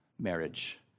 marriage